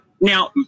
Now